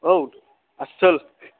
औ आसोल